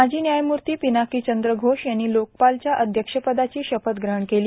माजी न्यायमूर्ती पिनाकी चंद्र घोष यांनी लोकपालच्या अध्यक्षपदाची शपथ ग्रहण केली